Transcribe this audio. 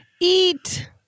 Eat